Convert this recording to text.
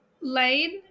Lane